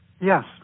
Yes